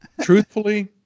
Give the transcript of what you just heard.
truthfully